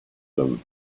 them